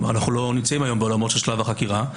אנו לא נמצאים בעולמות של שלב החקירה.